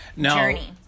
journey